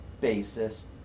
basis